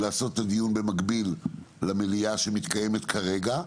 לעשות את הדיון במקביל למליאה שמתקיימת כרגע.